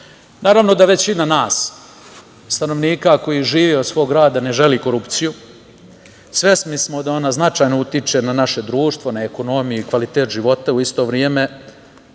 Naravno da većina nas stanovnika koji žive od svog rada ne želi korupciju. Svesni smo da ona značajno utiče na naše društvo, na ekonomiju i kvalitet života. U isto vreme,